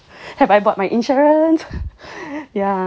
have I bought my insurance yeah